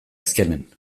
azkenean